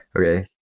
Okay